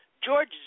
George